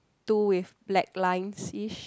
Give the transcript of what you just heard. two with black lines-ish